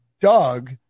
Doug